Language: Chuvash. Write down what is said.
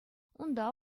унта